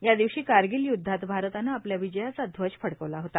या दिवशी कारगिल युदधात भारतानं आपल्या विजयाचा ध्वज फडकवला होता